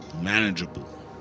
manageable